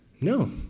No